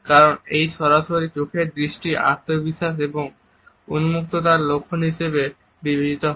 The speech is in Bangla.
কারণ এই সরাসরি চোখের দৃষ্টি আত্মবিশ্বাস এবং উন্মুক্ততার লক্ষণ হিসেবে বিবেচিত হয়